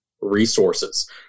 resources